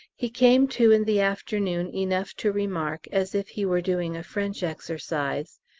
he came to in the afternoon enough to remark, as if he were doing a french exercise,